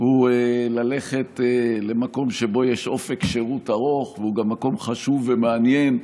הוא ללכת למקום שבו יש אופק שירות ארוך והוא גם מקום חשוב ומעניין,